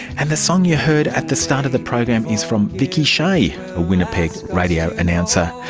and the song you heard at the start of the program is from vickie shae, a winnipeg radio announcer.